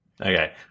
Okay